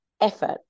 effort